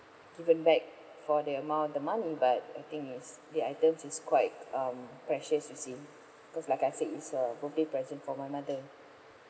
given back for the amount the money but I think yes the item is quite um precious you see because like I said it's a birthday present for my mother